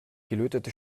gelötete